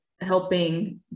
helping